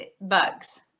bugs